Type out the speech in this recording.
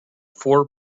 four